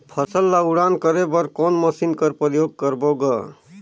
फसल ल उड़ान करे बर कोन मशीन कर प्रयोग करबो ग?